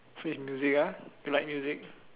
so it's music ah you like music